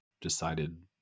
decided